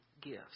gifts